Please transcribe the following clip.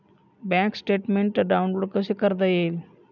Bank statement download कसे करता येईल?